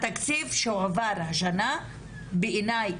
התקציב שהועבר השנה בעיני,